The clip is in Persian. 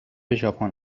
ژاپن